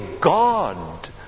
God